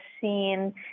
seen